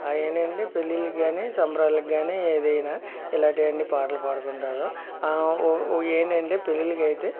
అవి అండి పెళ్ళిలకు కానీ సంబరాలకు కానీ ఏదైన ఇలాంటివి అన్నీ పాటలు పాడుకుంటారు ఉ ఉ ఏంటంటే పెళ్ళిలకు అయితే